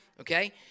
Okay